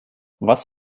was